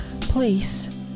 Please